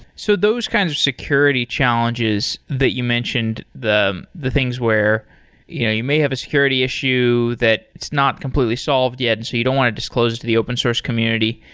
so those kinds of security challenges that you mentioned, the the things where you know you may have a security issue that is not completely solved yet and so you don't want to disclose this to the open source community.